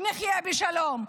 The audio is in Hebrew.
נחיה בשלום.